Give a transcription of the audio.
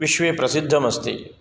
विश्वे प्रसिद्धमस्ति